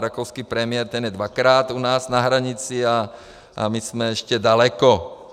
Rakouský premiér, ten je dvakrát u nás na hranici, a my jsme ještě daleko.